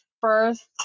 first